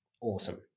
awesome